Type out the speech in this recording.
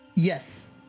Yes